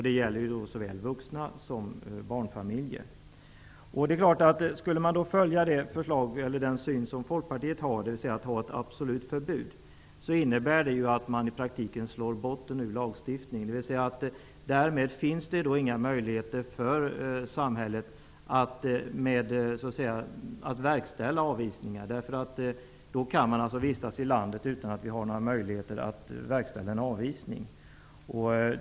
Det gäller såväl enbart vuxna som barnfamiljer. Skulle man följa den syn som Fokpartiet har, dvs. ett absolut förbud, skulle man i praktiken slå botten ur lagstiftningen. Därmed finns det inga möjligheter för samhället att verkställa avvisningar. Då går det att vistas i landet utan möjligheter för samhället att verkställa en avvisning.